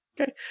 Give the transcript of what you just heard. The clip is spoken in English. okay